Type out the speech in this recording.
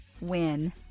win